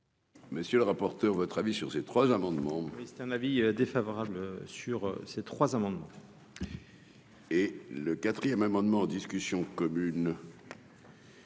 Monsieur le rapporteur, votre avis sur ces trois amendements. C'est un avis défavorable sur ces trois amendements. Et le 4ème amendement en discussion commune.